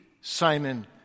Simon